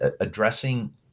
addressing